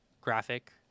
graphic